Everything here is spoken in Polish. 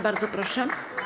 Bardzo proszę.